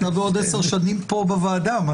אתה בעוד 10 שנים פה בוועדה.